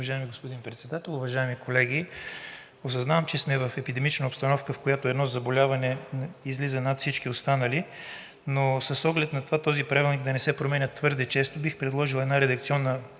Уважаеми господин Председател, уважаеми колеги! Осъзнавам, че сме в епидемична обстановка, в която едно заболяване излиза над всички останали, но с оглед на това този правилник да не се променя твърде често, бих предложил една редакционна